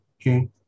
Okay